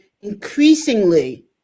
increasingly